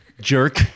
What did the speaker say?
jerk